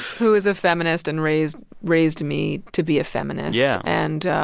who is a feminist and raised raised me to be a feminist. yeah and,